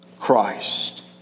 Christ